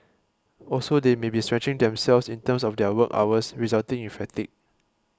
also they may be stretching themselves in terms of their work hours resulting in fatigue